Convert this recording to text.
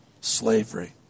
slavery